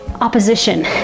opposition